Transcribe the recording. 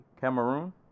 Cameroon